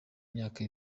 myaka